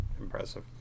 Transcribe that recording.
impressive